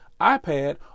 iPad